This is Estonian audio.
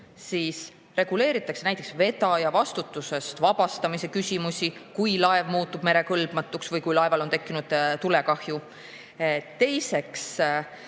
kus reguleeritakse vedaja vastutusest vabastamise küsimusi, kui laev muutub merekõlbmatuks või kui laeval on tekkinud tulekahju. Muudetakse